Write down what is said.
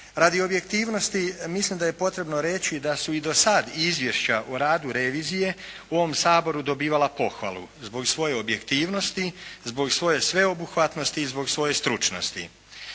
Radi objektivnosti mislim da je potrebno reći da su i do sada izvješća o radu revizije u ovom Saboru dobivala pohvalu, zbog svoje objektivnosti, zbog svoje sveobuhvatnosti i zbog svoje stručnosti.